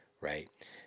right